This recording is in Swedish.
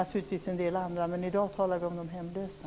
Naturligtvis gäller det också en del andra, men i dag talar vi om de hemlösa.